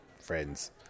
friends